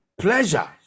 pleasure